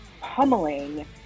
pummeling